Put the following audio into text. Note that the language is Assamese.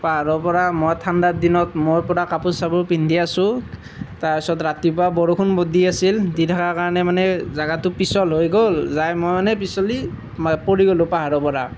পাহাৰৰ পৰা মই ঠাণ্ডা দিনত মই পূৰা কাপোৰ চাপোৰ পিন্ধি আছোঁ তাৰপিছত ৰাতিপুৱা বৰষুণ বহুত দি আছিল দি থকা কাৰণে মানে জেগাটো পিছল হৈ গ'ল যাই মই মানে পিছলি মা পৰি গ'লোঁ পাহাৰৰ পৰা